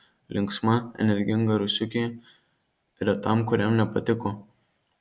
linksma energinga rusiukė retam kuriam nepatiko